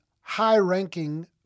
high-ranking